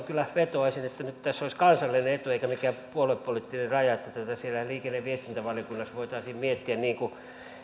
kyllä vetoaisin että tässä olisi nyt kansallinen etu eikä mikään puoluepoliittinen raja että tätä siellä liikenne ja viestintävaliokunnassa voitaisiin miettiä niin kuin